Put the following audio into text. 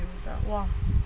!wah!